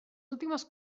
últimes